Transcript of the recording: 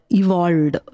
evolved